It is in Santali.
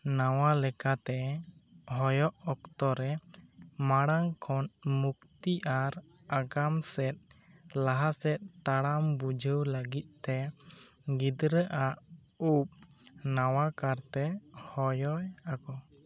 ᱱᱟᱣᱟ ᱞᱮᱠᱟᱛᱮ ᱦᱚᱭᱚᱜ ᱚᱠᱛᱚ ᱨᱮ ᱢᱟᱲᱟᱝ ᱠᱷᱚᱱ ᱢᱩᱠᱛᱤ ᱟᱨ ᱟᱜᱟᱢ ᱥᱮᱫ ᱞᱟᱦᱟᱥᱮᱫ ᱛᱟᱲᱟᱢ ᱵᱩᱡᱷᱟ ᱣ ᱞᱟ ᱜᱤᱫ ᱛᱮ ᱜᱤᱫᱽᱨᱟ ᱣᱟᱜ ᱩᱵ ᱱᱟᱣᱟ ᱠᱟᱨᱛᱮ ᱦᱚᱭᱚᱭ ᱟᱠᱚ